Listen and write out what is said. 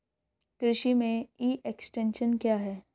कृषि में e extension क्या है?